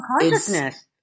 consciousness